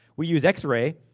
we use x-ray,